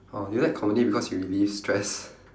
oh you like comedy because you relieve stress